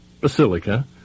Basilica